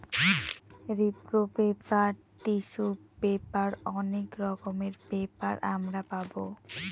রিপ্র paper, tissue paper অনেক রকমের পেপার আমরা পাবো